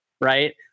Right